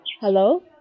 Hello